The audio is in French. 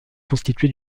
constituée